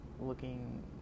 looking